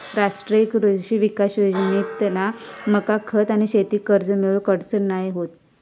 राष्ट्रीय कृषी विकास योजनेतना मका खत आणि शेती कर्ज मिळुक अडचण नाय होत